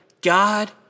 God